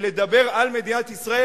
ולדבר על מדינת ישראל,